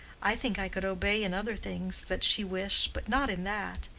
i think i could obey in other things that she wished but not in that.